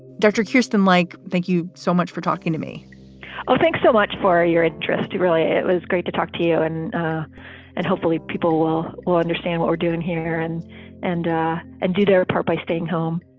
detrich, houston, like, thank you so much for talking to me oh, thanks so much for your interest, really. it was great to talk to you. and and hopefully people will will understand what we're doing here here and and and do their part by staying home